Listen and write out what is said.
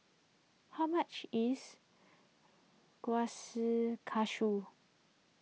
how much is